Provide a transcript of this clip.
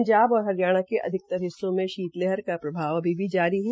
पंजाब और हरियाणा के अधिकतर हिस्सों में शीतलहर का प्रभाव अभी जारी है